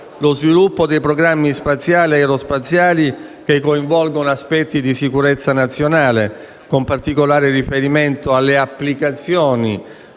lo sviluppo dei programmi spaziali e aerospaziali che coinvolgono aspetti di sicurezza nazionale, con particolare riferimento alle applicazioni